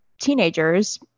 teenagers